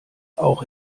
auch